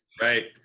right